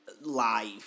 live